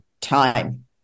time